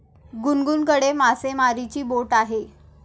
गुनगुनकडे मासेमारीची बोट आहे